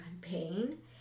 pain